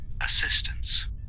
assistance